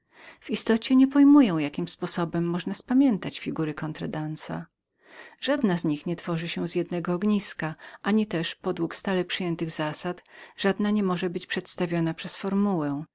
w istocie niepojmuję jakim sposobem można spamiętać figury kontradansa żadna z nich nie tworzy się z jednego ogniska ani też podług stale przyjętych zasad żadna nie może być przedstawioną przez formułę